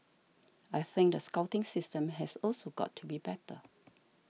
I think the scouting system has also got to be better